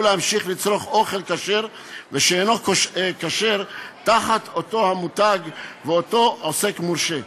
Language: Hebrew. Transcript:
להמשיך לצרוך אוכל כשר ושאינו כשר תחת אותו המותג ואותו עוסק מורשה.